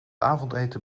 avondeten